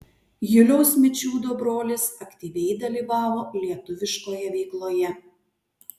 juliaus mičiūdo brolis aktyviai dalyvavo lietuviškoje veikloje